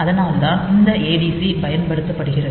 அதனால்தான் இந்த adc பயன்படுத்தப்படுகிறது